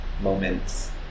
moments